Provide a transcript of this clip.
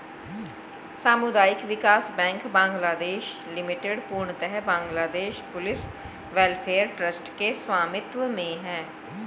सामुदायिक विकास bank Bangladesh limited पूर्णतः बांग्लादेश पुलिस वेलफेयर ट्रस्ट के स्वामित्व में है